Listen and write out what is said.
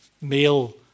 male